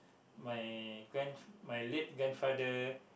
my grand my late grandfather